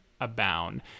abound